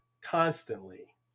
constantly